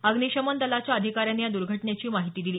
अग्नीशमन दलाच्या अधिकाऱ्यांनी या दुर्घटनेची माहिती दिली